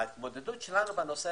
ההתמודדות שלנו בנושא